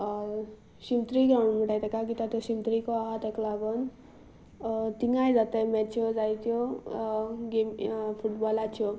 शिमतरी ground म्हणटात ताका कित्याक तो शिमतरीको आसा ताका लागून थंयूय जातात मॅच्यो जायत्यो गेम फुटबॉलाच्यो